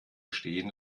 stehen